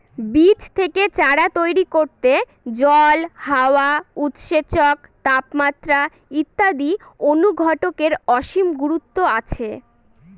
বীজ থেকে চারা তৈরি করতে জল, হাওয়া, উৎসেচক, তাপমাত্রা ইত্যাদি অনুঘটকের অসীম গুরুত্ব আছে